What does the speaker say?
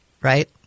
right